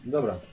Dobra